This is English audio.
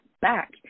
back